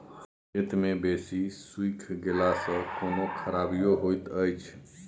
खेत मे बेसी सुइख गेला सॅ कोनो खराबीयो होयत अछि?